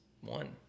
one